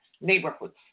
neighborhoods